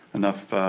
enough